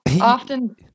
Often